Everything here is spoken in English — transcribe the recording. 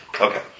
Okay